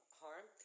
harm